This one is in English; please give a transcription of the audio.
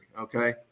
Okay